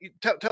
Tell